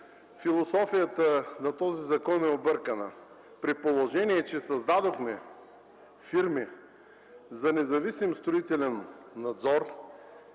философията на този закон е объркана. При положение че създадохме фирми за независим строителен надзор,